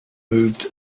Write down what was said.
move